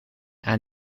aan